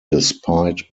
despite